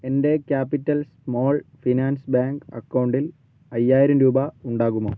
എൻ്റെ Capital Small Finance Bank അക്കൗണ്ടിൽ അയ്യായിരം രൂപ ഉണ്ടാകുമോ